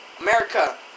America